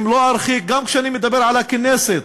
גם כשאני מדבר על הכנסת,